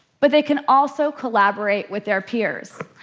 but they can also collaborate with their peers.